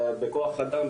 בכוח אדם,